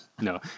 no